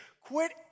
Quit